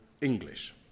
English